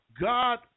God